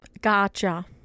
Gotcha